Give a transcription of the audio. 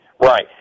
Right